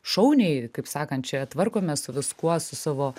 šauniai kaip sakant čia tvarkomės su viskuo su savo